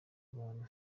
abantu